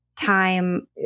time